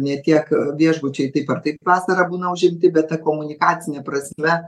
ne tiek viešbučiai taip ar taip vasarą būna užimti bet ta komunikacine prasme